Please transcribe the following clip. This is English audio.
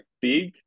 big